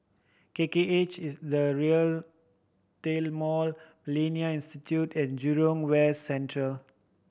K K H is The Retail Mall Millennia Institute and Jurong West Central